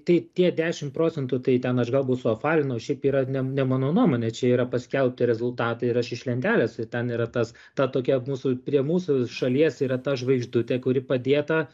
tai tie dešim procentų tai ten aš galbūt suapvalinau šiaip yra ne ne mano nuomonė čia yra paskelbti rezultatai ir aš iš lentelės ir ten yra tas ta tokia mūsų prie mūsų šalies yra ta žvaigždutė kuri padėta